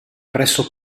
presso